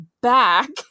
back